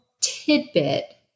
tidbit